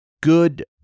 good